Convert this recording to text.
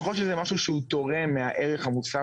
ככל שזה משהו שהוא תורם מהערך המוסף